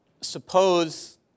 suppose